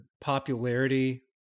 popularity